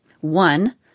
one